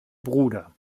bruder